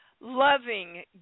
loving